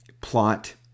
plot